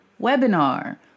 webinar